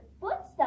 footsteps